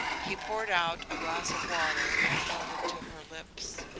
he poured out a glass of water and held it to her lips.